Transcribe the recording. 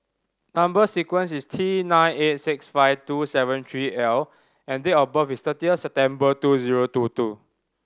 number sequence is T nine eight six five two seven three L and date of birth is thirty September two zero two two